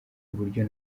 uburyo